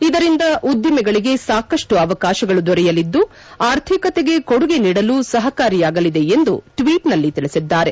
ಇದರಿಂದ ಉದ್ದಿಮೆಗಳಿಗೆ ಸಾಕಷ್ಟು ಅವಕಾಶಗಳು ದೊರೆಯಲಿದ್ದು ಆರ್ಥಿಕತೆಗೆ ಕೊಡುಗೆ ನೀಡಲು ಸಹಕಾರಿಯಾಗಲಿದೆ ಎಂದು ಟ್ವೀಟ್ನಲ್ಲಿ ತಿಳಿಸಿದ್ದಾರೆ